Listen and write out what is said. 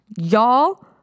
Y'all